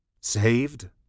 Saved